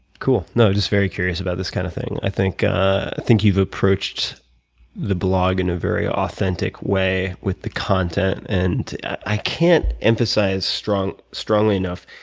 cool. no, just very curious about this kind of thing. i think ah think you've approached the blog in a very authentic way with the content. and i can't emphasize strongly strongly enough